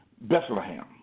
Bethlehem